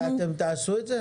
ואתם תעשו את זה?